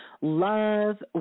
love